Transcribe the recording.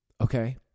okay